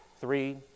three